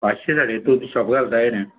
पांचशे जायो तू शॉप घालता कितें